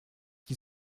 qui